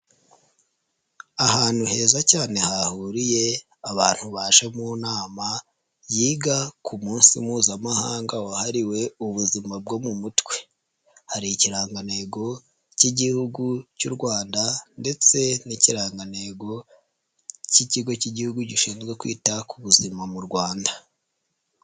Ahantu heza cyane hahuriye abantu baje mu nama yiga ku munsi Mpuzamahanga wahariwe ubuzima bwo mu mutwe, hari ikirangantego k'Igihugu cy'u Rwanda ndetse n'ikirangantego k'Ikigo k'Igihugu gishinzwe kwita ku buzima mu Rwanda.